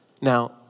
Now